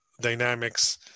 dynamics